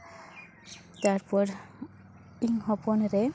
ᱛᱟᱨᱯᱚᱨ ᱤᱧ ᱦᱚᱯᱚᱱ ᱨᱮ